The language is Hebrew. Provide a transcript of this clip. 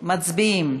מצביעים.